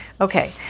okay